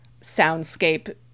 soundscape